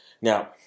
Now